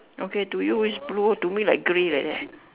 okay to you is blue to me like grey like that